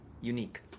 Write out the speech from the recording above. unique